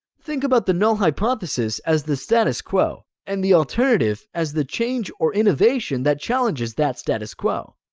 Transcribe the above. think about the null hypothesis as the status quo and the alternative as the change or innovation that challenges that status quo.